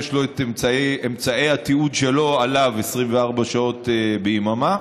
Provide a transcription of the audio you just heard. יש לו את אמצעי התיעוד שלו עליו 24 שעות ביממה,